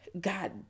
God